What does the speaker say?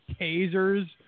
tasers